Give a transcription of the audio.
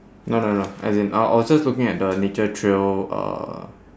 no no no as in I I was just looking at the nature trail uh